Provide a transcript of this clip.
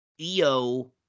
EO